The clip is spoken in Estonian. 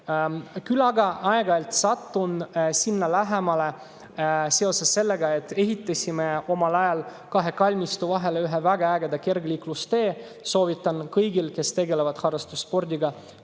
Küll aga aeg‑ajalt satun sinna lähemale seoses sellega, et ehitasime omal ajal kahe kalmistu vahele ühe väga ägeda kergliiklustee. Soovitan kõigil, kes tegelevad harrastusspordiga, sealt